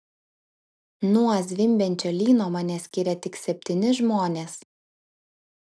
nuo zvimbiančio lyno mane skiria tik septyni žmonės